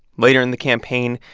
later in the campaign,